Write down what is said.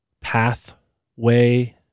pathway